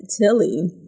Tilly